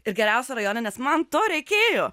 ir geriausia rajone nes man to reikėjo